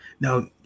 Now